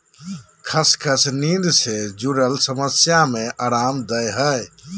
खसखस नींद से जुरल समस्या में अराम देय हइ